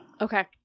Okay